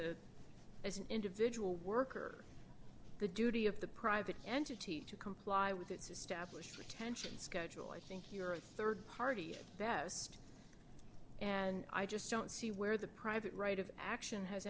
a as an individual worker good duty of the private entity to comply with its established retention schedule i think you're a rd party best and i just don't see where the private right of action has